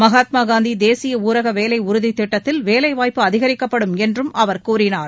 மகாத்மா காந்தி தேசிய ஊரக வேலைஉறுதித் திட்டத்தில் வேலைவாய்ப்பு அதிகிக்கப்படும் என்றும் அவர் கூறினார்